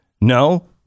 No